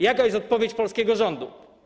Jaka jest odpowiedź polskiego rządu?